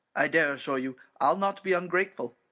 i dare assure you, i'll not be ungrateful.